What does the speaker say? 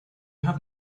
have